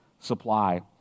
supply